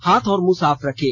हाथ और मुंह साफ रखें